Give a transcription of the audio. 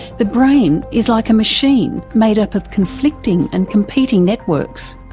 the brain is like a machine made up of conflicting and competing networks.